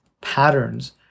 patterns